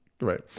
Right